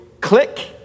Click